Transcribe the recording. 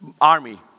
army